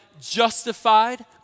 justified